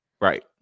right